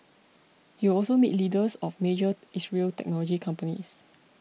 he will also meet leaders of major Israeli technology companies